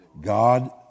God